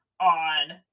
on